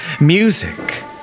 music